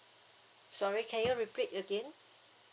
sorry can you repeat again